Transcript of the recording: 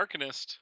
Arcanist